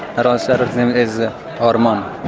and sort of name is orman.